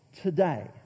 today